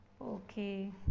okay